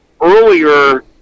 earlier